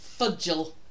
fudgel